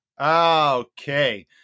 Okay